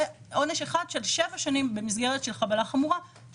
ועונש אחד של שבע שנים במסגרת של חבלה חמורה.